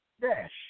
dash